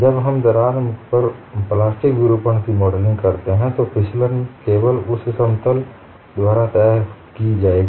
जब हम दरार मुख पर प्लास्टिक विरूपण की मॉडलिंग करते हैं तो फिसलन केवल उस समतल द्वारा तय की जाएगी